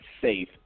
safe